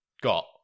Got